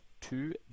two